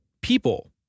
People